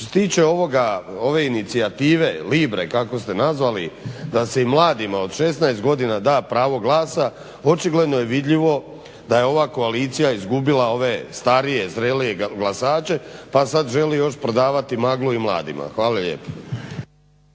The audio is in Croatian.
Što se tiče ove inicijative libre kako ste nazvali da se i mladima od 16 godina da pravo glasa očigledno je vidljivo da je ova koalicija izgubila ove starije, zrelije glasače, pa sad želi još prodavati maglu i mladima. Hvala lijepa.